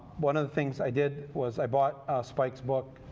one of the things i did was i bought spike's book,